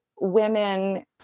women